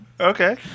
okay